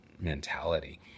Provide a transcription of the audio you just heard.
Mentality